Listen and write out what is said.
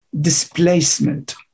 displacement